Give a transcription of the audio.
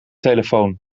telefoon